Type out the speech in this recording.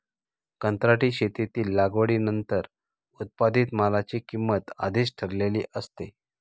कंत्राटी शेतीत लागवडीनंतर उत्पादित मालाची किंमत आधीच ठरलेली असते